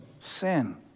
sin